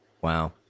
Wow